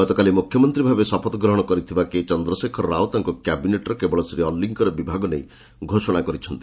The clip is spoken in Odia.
ଗତକାଲି ମୁଖ୍ୟମନ୍ତ୍ରୀ ଭାବେ ଶପଥ ଗ୍ରହଣ କରିଥିବା କେ ଚନ୍ଦ୍ରଶେଖର ରାଓ ତାଙ୍କ କ୍ୟାବିନେଟ୍ର କେବଳ ଶ୍ରୀ ଅଲ୍ଲୀଙ୍କର ବିଭାଗ ନେଇ ଘୋଷଣା କରିଛନ୍ତି